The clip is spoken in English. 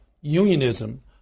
unionism